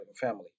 family